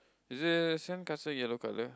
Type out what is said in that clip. is it same castle yellow color